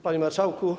Panie Marszałku!